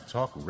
Talk